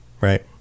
Right